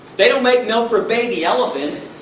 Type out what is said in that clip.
they don't make milk for baby elephants.